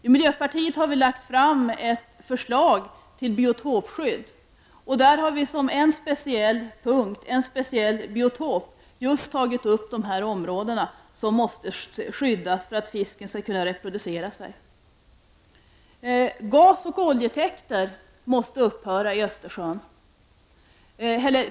I miljöpartiet har vi lagt fram ett förslag till biotopskydd, och där har vi som en speciell biotop just tagit upp de här områdena, som måste skyddas för att fisken skall kunna reproducera sig.